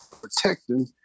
protecting